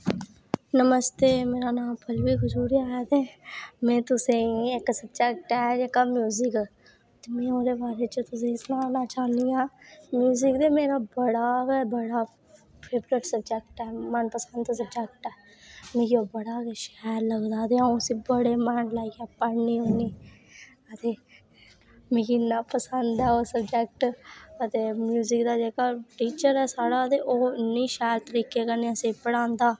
नमस्ते मेरा नांऽ पलवी खजूरिया ऐ ते में तुसेंगी जेह्का इक स्वजैक्ट ऐ म्यूजिक में ओह्दे बारे च तुसेंगी सनाना चाह्नी आं म्युजिक ते मेरा बड़ा गै बड़ा फेवरट स्वजैक्ट ऐ मन पसंद स्वजैक्ट ऐ मिगी ओह् बड़ा गै शैल लगदा ते में उसी बड़ा गै मन लाईयै पढ़नी होनी मिगी इन्नापसंद ऐ ओह् स्वजैक्ट ते म्युजिकदा जेह्ड़ा टीचर ऐ साढ़ा ते ओह् इन्ने शैल तरीके कन्नै असेंगी पढ़ांदा